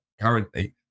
currently